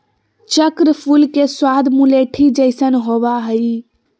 चक्र फूल के स्वाद मुलैठी जइसन होबा हइ